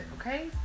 okay